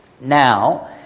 Now